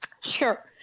Sure